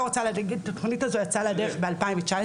אז התכנית הזו יצאה לדרך ב-2019,